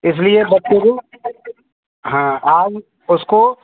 इसलिए बच्चों को हाँ आज उसको